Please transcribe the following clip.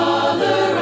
Father